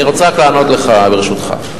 אני רוצה רק לענות לך, ברשותך.